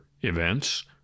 events